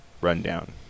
rundown